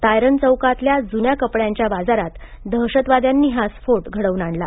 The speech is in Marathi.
तायरन चौकातल्या जुन्या कपड्यांच्या बाजारात दहशतवाद्यांनी हा स्फोट घडवून आणला